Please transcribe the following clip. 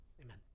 amen